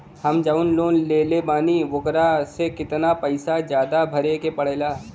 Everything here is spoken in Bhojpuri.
हम जवन लोन लेले बानी वोकरा से कितना पैसा ज्यादा भरे के पड़ेला?